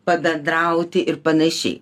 pabendrauti ir panaši